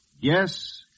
Yes